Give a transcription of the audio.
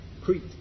Crete